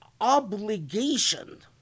obligation